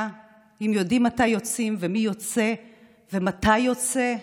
אם יודעים מתי יוצאים ומי יוצא ומתי יוצא.